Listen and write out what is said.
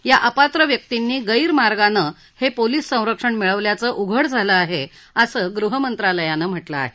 या अपात्र व्यक्तींनी गैरमार्गानं हे पोलीस संरक्षण मिळवल्याचं उघड झालं आहे असं गृहमंत्रालयानं म्हटलं आहे